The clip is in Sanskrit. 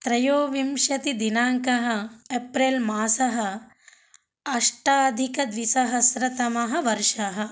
त्रयोविंशतिदिनाङ्कः एप्रेल् मासः अष्टाधिकद्विसहस्रतमः वर्षः